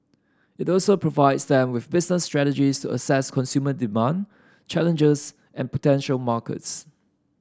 it also provides them with business strategies assess consumer demand challenges and potential markets